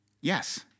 yes